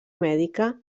mèdica